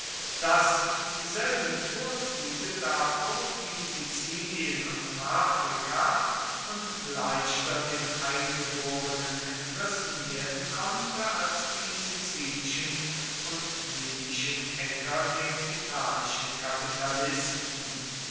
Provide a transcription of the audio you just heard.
das dieselben vorzüge darbot wie sizilien und afrika und leichter den eingeborenen entrissen werden konnte als die sizilischen und libyschen äcker den italischen kapitalisten